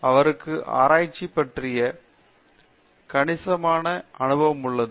அவருக்கு ஆராய்ச்சி வெற்றி பற்றிய கணிசமான அனுபவம் உள்ளது